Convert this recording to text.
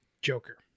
Joker